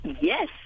Yes